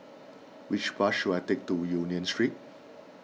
which bus should I take to Union Street